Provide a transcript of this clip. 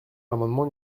l’amendement